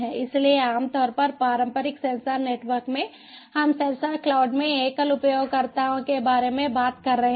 इसलिए आम तौर पर पारंपरिक सेंसर नेटवर्क में हम सेंसर क्लाउड में एकल उपयोगकर्ताओं के बारे में बात कर रहे हैं